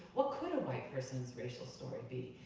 what could a white person's racial story be?